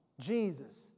Jesus